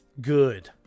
good